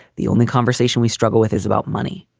the only conversation we struggle with is about money.